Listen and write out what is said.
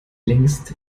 längst